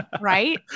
right